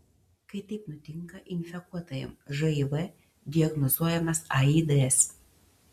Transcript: kai taip nutinka infekuotajam živ diagnozuojamas aids